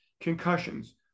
concussions